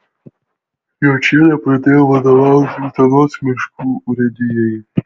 jočienė pradėjo vadovauti utenos miškų urėdijai